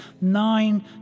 nine